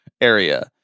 area